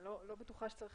אני לא בטוחה שצריך